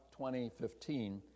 2015